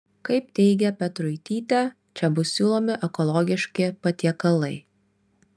kaip teigė petruitytė čia bus siūlomi ekologiški patiekalai